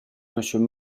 monsieur